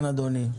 כן, אדוני.